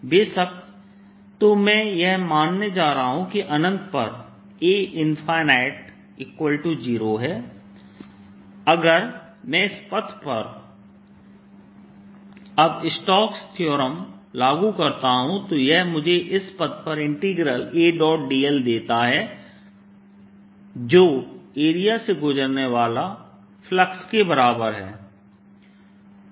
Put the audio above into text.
बेशक तो मैं यह मानने जा रहा हूं कि अनंत पर A0 है अगर मैं इस पथ पर अब स्टोक्स थ्योरमStoke's Theorem लागू करता हूं तो यह मुझे इस पथ पर Adl देता है जो एरिया से गुजरने वाले फ्लक्स के बराबर है